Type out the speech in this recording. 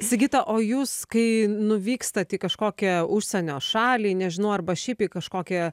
sigita o jūs kai nuvykstat į kažkokią užsienio šalį nežinau arba šiaip į kažkokią